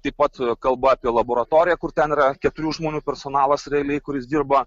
taip pat kalba apie laboratoriją kur ten yra keturių žmonių personalas realiai kuris dirba